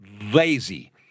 lazy